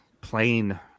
plain